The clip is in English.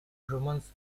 romance